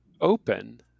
open